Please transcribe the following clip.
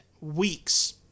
weeks